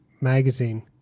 magazine